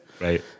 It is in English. Right